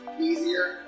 easier